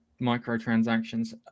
microtransactions